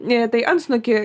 neretai antsnukį